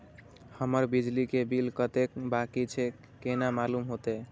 हमर बिजली के बिल कतेक बाकी छे केना मालूम होते?